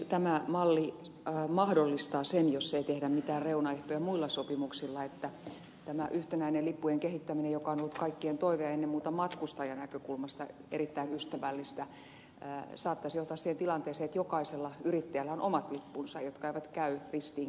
tämä malli mahdollistaa sen jos ei tehdä mitään reunaehtoja muilla sopimuksilla että tämä yhtenäinen lippujen kehittäminen joka on ollut kaikkien toive ja ennen muuta matkustajan näkökulmasta erittäin ystävällistä saattaisi johtaa siihen tilanteeseen että jokaisella yrittäjällä on omat lippunsa jotka eivät käy ristiin keskenään